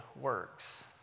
works